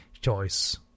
choice